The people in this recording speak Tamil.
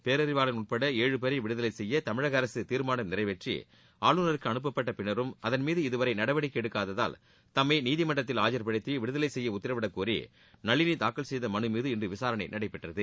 பேரறிவாளன் உட்பட ஏழு பேரை விடுதலை செய்ய தமிழக அரசு தீர்மானம் நிறைவேற்றி ஆளுநருக்கு அனுப்பப்பட்ட பின்னரும் அதன்மீது இதுவரை நடவடிக்கை எடுக்காததால் தம்மை நீதிமன்றத்தில் ஆஜர்படுத்தி விடுதலை செய்ய உத்தரவிடக்கோரி நளினி தாக்கல் செய்த மனு மீது இன்று விசாரணை நடைபெற்றது